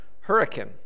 Hurricane